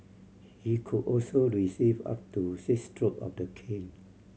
he could also receive up to six stroke of the cane